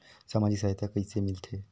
समाजिक सहायता कइसे मिलथे?